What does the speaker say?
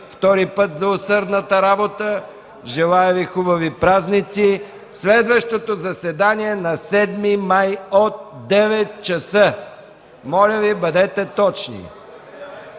втори път за усърдната работа. Желая Ви хубави празници. Следващото заседание ще бъде на 7 май от 9,00 ч. Моля Ви, бъдете точни!